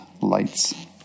lights